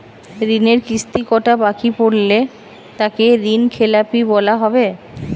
ঋণের কিস্তি কটা বাকি পড়লে তাকে ঋণখেলাপি বলা হবে?